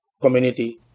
community